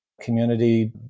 community